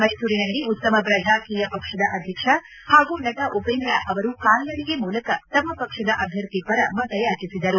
ಮೈಸೂರಿನಲ್ಲಿ ಉತ್ತಮ ಪ್ರಜಾಕೀಯ ಪಕ್ಷದ ಅಧ್ಯಕ್ಷ ಹಾಗೂ ನಟ ಉಷೇಂದ್ರ ಅವರು ಕಾಲ್ನಡಿಗೆ ಮೂಲಕ ತಮ್ನ ಪಕ್ಷದ ಅಭ್ವರ್ಥಿ ಪರ ಮತಯಾಚಿಸಿದರು